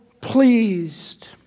pleased